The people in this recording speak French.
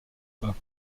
pas